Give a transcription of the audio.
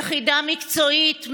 יחידה מקצועית,